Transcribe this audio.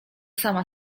sama